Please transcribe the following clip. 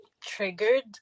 triggered